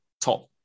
top